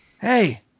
hey